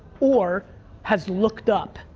or has looked up.